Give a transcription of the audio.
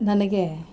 ನನಗೆ